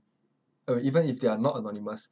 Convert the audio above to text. uh even if they are not anonymous